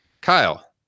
Kyle